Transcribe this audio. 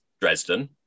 Dresden